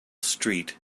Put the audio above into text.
street